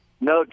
No